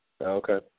Okay